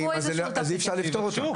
אז אי אפשר לפתור את זה.